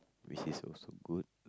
which is also good